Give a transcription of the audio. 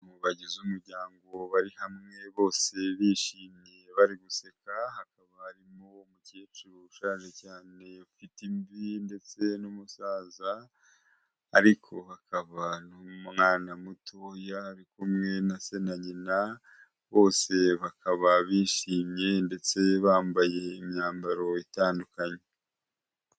Mu bagize umuryango bari hamwe bose bishimye bari guseka hakaba harimo mukecuru ushaje cyane ufite ndetse n'umusaza ariko hakaba n'umwana mutoya ari kumwe na se na nyina bose bakaba bishimye ndetse bambaye imyambaro itandukanye.